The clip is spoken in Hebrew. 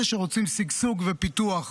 אלה שרוצים שגשוג ופיתוח.